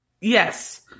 Yes